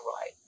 right